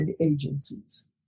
agencies